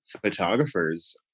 photographers